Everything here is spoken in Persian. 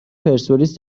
پرسپولیس